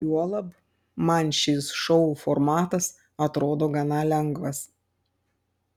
juolab man šis šou formatas atrodo gana lengvas